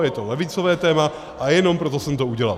Je to levicové téma a jenom proto jsem to udělal.